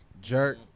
Jerk